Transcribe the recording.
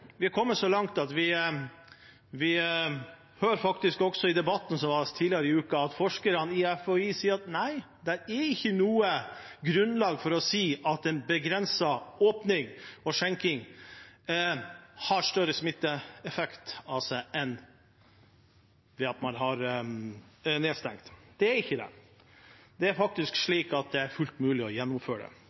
Vi har kommet så langt at vi i debatten som var tidligere i uka, hører at forskerne i FHI sier nei, det er ikke noe grunnlag for å si at en begrenset åpning og skjenking har større smitteeffekt enn det at man har nedstengt. Det har ikke det. Det er faktisk slik at det er fullt mulig å gjennomføre det.